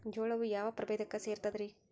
ಜೋಳವು ಯಾವ ಪ್ರಭೇದಕ್ಕ ಸೇರ್ತದ ರೇ?